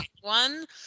one